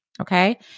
Okay